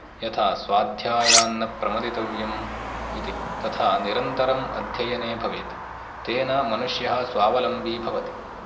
यथा स्वाध्यायान्न प्रमदितव्यम् इति तथा निरन्तरम् अध्ययने भवेत् तेन मनुष्यः स्वावलम्बी भवति